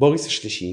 בוריס ה-3,,